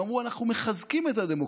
הם אמרו: אנחנו מחזקים את הדמוקרטיה.